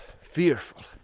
fearful